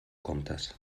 comptes